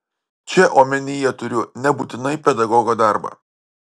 čia omenyje turiu nebūtinai pedagogo darbą